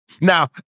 Now